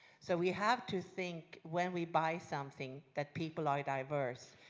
so we have to think when we buy something that people are diverse,